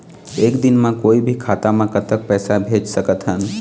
एक दिन म कोई भी खाता मा कतक पैसा भेज सकत हन?